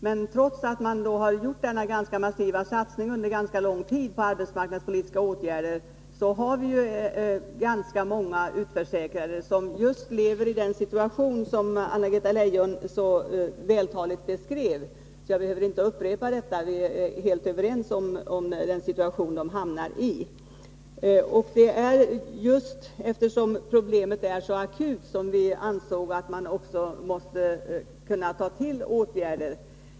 Men trots att man har gjort denna massiva satsning på arbetsmarknadspolitiska åtgärder under ganska lång tid har vi många utförsäkrade som befinner sig i den situation som Anna-Greta Leijon så vältaligt beskrev. Jag behöver därför inte upprepa det — vi är helt överens. Eftersom problemet är så akut ansåg vi att man även måste vidta åtgärder.